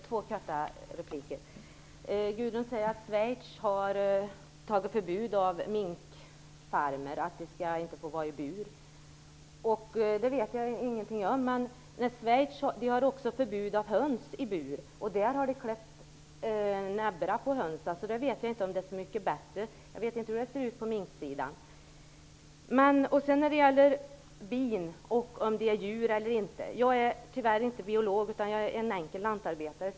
Herr talman! Gudrun Lindvall säger att Schweiz har ett förbud för minkfarmare att ha djuren i bur. Det vet jag ingenting om. Men de har också förbud att ha höns i bur. Där har man klätt in näbbarna på hönsen, och jag vet inte om det är så mycket bättre. Jag vet inte hur det ser ut på minksidan. När det gäller frågan om bin är djur eller inte måste jag säga att jag tyvärr inte är biolog utan en enkel lantarbetare.